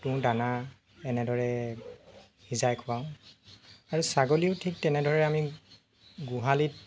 তুঁহ দানা এনেদৰে সিজাই খোৱাওঁ আৰু ছাগলীও ঠিক তেনেদৰে আমি গোহালিত